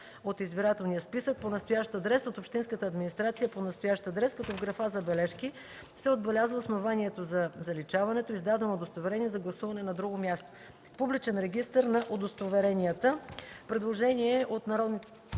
от избирателния списък по настоящ адрес от общинската администрация по настоящ адрес, като в графа „Забележки” се отбелязва основанието за заличаването – „издадено удостоверение за гласуване на друго място.” „Публичен регистър на удостоверенията.” Член 35 – предложение на народния